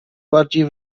bardziej